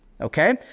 Okay